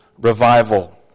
revival